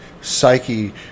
psyche